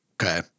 Okay